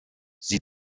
sie